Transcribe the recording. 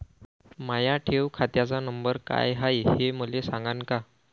माया ठेव खात्याचा नंबर काय हाय हे मले सांगान का?